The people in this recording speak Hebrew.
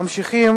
ממשיכים